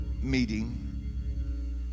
meeting